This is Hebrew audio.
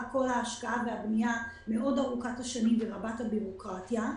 כל ההשקעה והבנייה המאוד ארוכת שנים ורבת הבירוקרטיה.